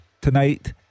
tonight